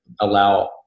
allow